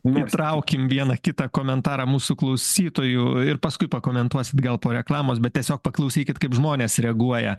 įtraukim vieną kitą komentarą mūsų klausytojų ir paskui pakomentuosit gal po reklamos bet tiesiog paklausykit kaip žmonės reaguoja